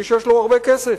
מי שיש לו הרבה כסף.